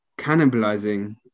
cannibalizing